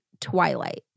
Twilight